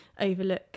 overlook